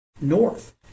north